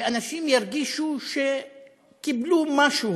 ואנשים ירגישו שקיבלו משהו